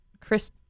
Chris